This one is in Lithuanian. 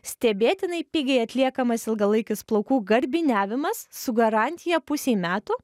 stebėtinai pigiai atliekamas ilgalaikis plaukų garbiniavimas su garantija pusei metų